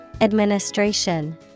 Administration